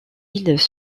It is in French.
îles